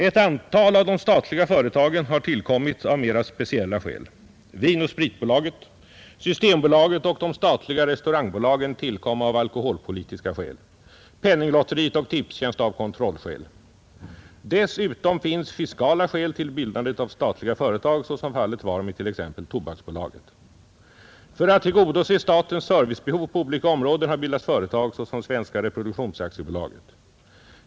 Ett antal av de statliga företagen har tillkommit av mera speciella skäl. Vinoch spritbolaget, Systembolaget och de statliga restaurangbolagen tillkom av alkoholpolitiska skäl, Penninglotteriet och Tipstjänst av kontrollskäl. Dessutom finns fiskala skäl till bildandet av statliga företag såsom fallet var med t.ex. Tobaksbolaget. För att tillgodose statens servicebehov på olika områden har bildats företag såsom Svenska reproduktions AB.